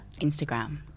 Instagram